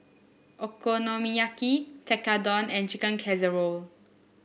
Okonomiyaki Tekkadon and Chicken Casserole